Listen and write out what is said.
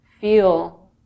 feel